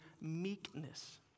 meekness